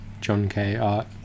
johnkart